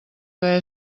que